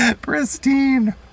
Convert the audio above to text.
Pristine